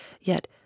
yet